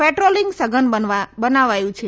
patrolling સઘન બનાવાયું છે